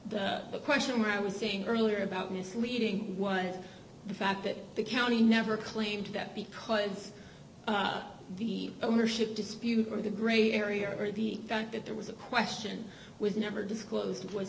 what the question what i was saying earlier about misleading was the fact that the county never claimed that because the ownership dispute or the gray area or the fact that there was a question was never disclosed was